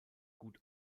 gut